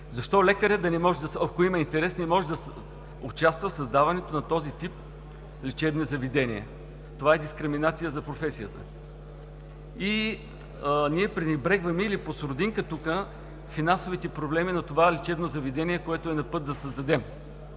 да не може, ако има интерес, не може да участва в създаването на този тип лечебни заведения? Това е дискриминация за професията. Ние пренебрегваме, или под сурдинка тук, финансовите проблеми на това лечебно заведение, което е на път да създадем,